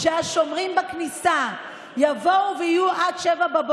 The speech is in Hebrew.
שהשומרים בכניסה יבואו ויהיו עד 07:00?